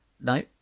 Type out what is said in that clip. No